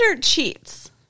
cheats